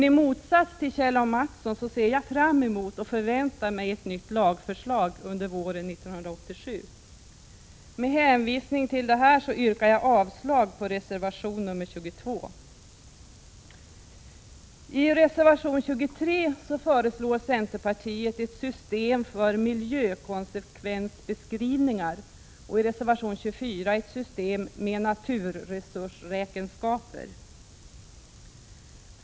I motsats till Kjell A. Mattsson ser jag fram emot och förväntar mig ett lagförslag under våren 1987. Med hänvisning till detta yrkar jag avslag på reservation 22. I reservation 23 föreslår centern ett system för miljökonsekvensbeskrivningar och i reservation 24 ett system med naturresursräkenskaper.